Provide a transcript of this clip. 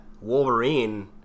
Wolverine